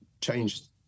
changed